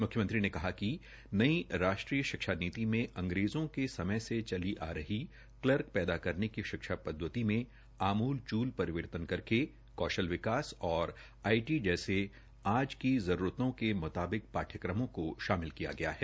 मुख्यमंत्री ने कहा कि नई राष्ट्रीय शिक्षा नीति में अंग्रेजों के समय से चली आ रही क्लर्क पैदा करने की शिक्षा पद्धति में आमूल चूल परिवर्तन करके कौशल विकास और आईटी जैसे आज की जरूरतों के मुताबिक पाठ्यक्रमों को शामिल किया गया है